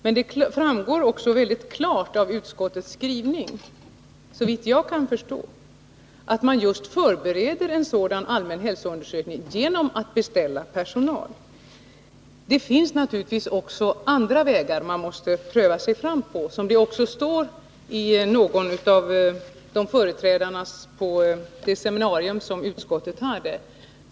Men det framgår också väldigt klart av utskottets skrivning, såvitt jag kan förstå, att man förbereder en sådan allmän hälsoundersökning genom att beställa personal. Det finns naturligtvis också andra vägar som man måste pröva sig fram på, som också framgår av vad som sades av någon av deltagarna i det seminarium som utskottet hade.